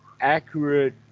accurate